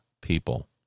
people